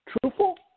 truthful